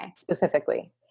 specifically